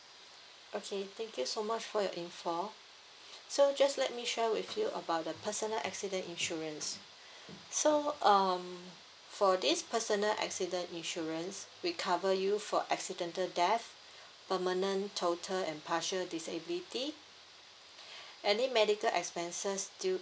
okay thank you so much for your info so just let me share with you about the personal accident insurance so um for this personal accident insurance we cover you for accidental death permanent total and partial disability any medical expenses due